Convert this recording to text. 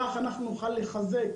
כך נוכל לחזק